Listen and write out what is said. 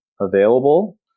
available